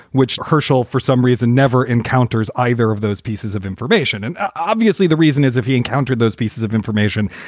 which herschell for some reason never encounters either of those pieces of information. and obviously, the reason is if he encountered those pieces of information,